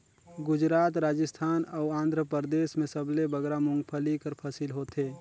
गुजरात, राजिस्थान अउ आंध्रपरदेस में सबले बगरा मूंगफल्ली कर फसिल होथे